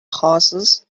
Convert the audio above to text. horses